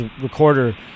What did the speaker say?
Recorder